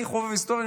אני חובב היסטוריה,